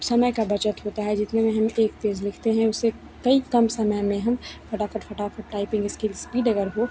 समय का बचत होता है जितने में हम एक पेज लिखते हैं उससे कई कम समय में हम फटाफट फटाफट टाइपिंग इसकी इस्पीड अगर हो